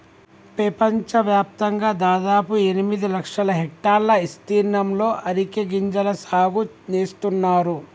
పెపంచవ్యాప్తంగా దాదాపు ఎనిమిది లక్షల హెక్టర్ల ఇస్తీర్ణంలో అరికె గింజల సాగు నేస్తున్నారు